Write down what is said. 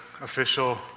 official